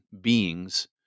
beings